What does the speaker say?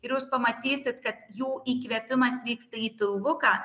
ir jūs pamatysit kad jų įkvėpimas vyksta į pilvuką